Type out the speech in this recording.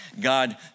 God